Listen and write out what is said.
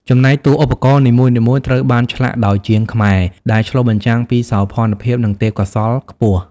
ចំណែកតួឧបករណ៍នីមួយៗត្រូវបានឆ្លាក់ដោយជាងខ្មែរ ដែលឆ្លុះបញ្ចាំងពីសោភណភាព និងទេពកោសល្យខ្ពស់។